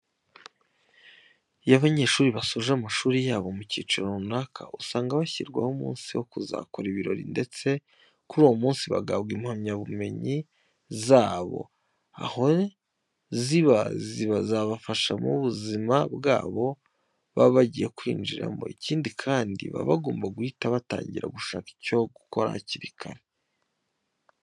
Iyo abanyeshuri basoje amashuri yabo mu kiciro runaka, usanga bashyirirwaho umunsi wo kuzakora ibirori ndetse kuri uwo munsi bagahabwa impamyabumenyi zabo, aho ziba zizabafasha mu buzima bwabo baba bagiye kwinjiramo. Ikindi kandi, baba bagomba guhita batangira gushaka icyo gukora hakiri kare.